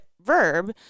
verb